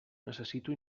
necessito